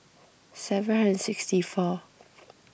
seven hundred sixty four